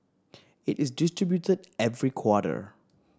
it is distributed every quarter